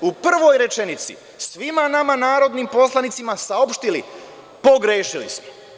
u prvoj rečenici svima nama narodnim poslanicima saopštili – pogrešili smo.